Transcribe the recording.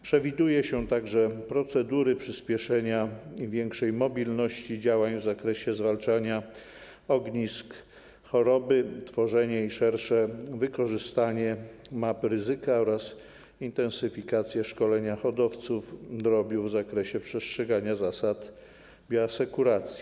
Przewiduje się także procedury przyspieszenia i większej mobilności działań w zakresie zwalczania ognisk choroby, tworzenie i szersze wykorzystanie map ryzyka oraz intensyfikację szkolenia hodowców drobiu w zakresie przestrzegania zasad bioasekuracji.